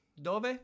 Dove